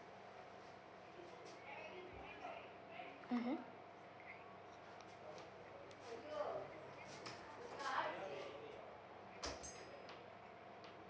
mmhmm